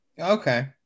Okay